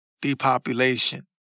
depopulation